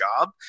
job